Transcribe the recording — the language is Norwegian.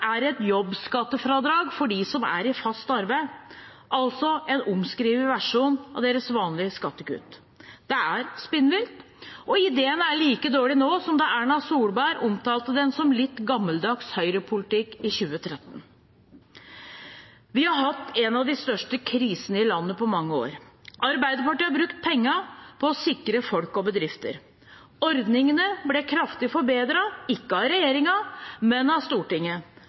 er et jobbskattefradrag for dem som er i fast arbeid – altså en omskrevet versjon av deres vanlige skattekutt. Det er spinnvilt. Ideen er like dårlig nå som da Erna Solberg omtalte den som litt gammeldags Høyre-politikk i 2013. Vi har hatt en av de største krisene i landet på mange år. Arbeiderpartiet har brukt pengene på å sikre folk og bedrifter. Ordningene ble kraftig forbedret – ikke av regjeringen, men av Stortinget.